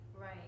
right